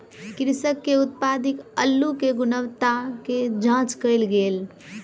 कृषक के उत्पादित अल्लु के गुणवत्ता के जांच कएल गेल